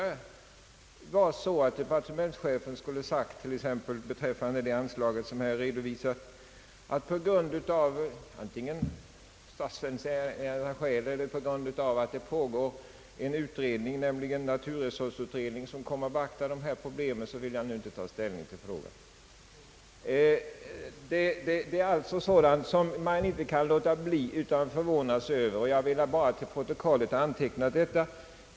Jag har en känsla av att departementschefen tidigare på en punkt som denna skulle ha uttalat att han inte ville ta ställning till exempelvis det redovisade anslaget antingen av statsfinansiella skäl eller på grund av att dessa problem kommer att beaktas av en utredning, nämligen i detta fall naturresursutredningen. Det är sådant som man inte kan låta bli att förvåna sig över. Jag vill bara till protokollet anteckna detta.